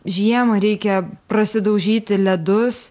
žiemą reikia prasidaužyti ledus